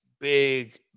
big